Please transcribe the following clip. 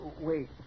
Wait